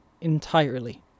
entirely